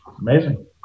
Amazing